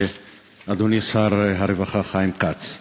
אדוני שר הרווחה חיים כץ.